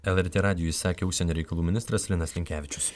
lrt radijui sakė užsienio reikalų ministras linas linkevičius